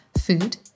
food